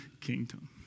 kingdom